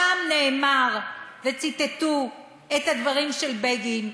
שם נאמר, ציטטו את הדברים של בגין,